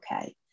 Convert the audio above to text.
okay